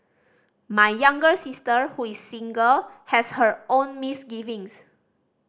my younger sister who is single has her own misgivings